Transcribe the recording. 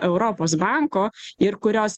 europos banko ir kurios